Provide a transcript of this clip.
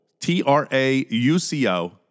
T-R-A-U-C-O